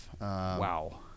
wow